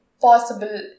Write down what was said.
possible